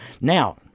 Now